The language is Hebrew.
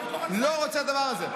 לא רוצה את הדבר הזה.